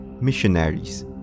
missionaries